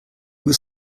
was